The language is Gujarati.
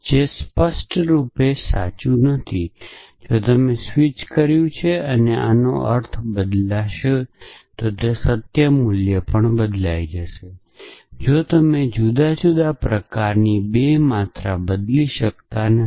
જે સ્પષ્ટ રૂપે આવશ્યકરૂપે સાચું નથી જો તમે સ્વિચ કર્યું છે અને અર્થ બદલાશે તો સત્ય મૂલ્ય પણ બદલાશે તો તમે જુદી જુદી પ્રકારની 2 માત્રા બદલી શકતા નથી